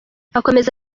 akomeza